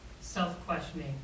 self-questioning